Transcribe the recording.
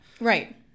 right